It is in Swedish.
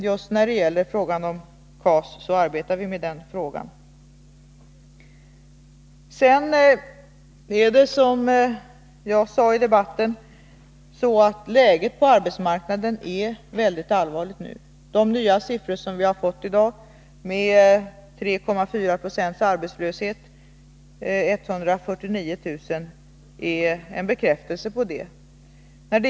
Just frågan om det kontanta arbetsmarknadsstödet arbetar vi med. Som jag sade i debatten är läget på arbetsmarknaden mycket allvarligt nu. De nya siffror som vi fått i dag, med en arbetslöshet på 3,4 26, dvs. 149 000 personer, är en bekräftelse på det.